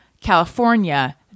California